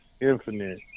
infinite